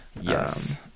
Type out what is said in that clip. Yes